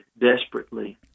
desperately